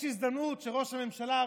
יש הזדמנות שראש הממשלה,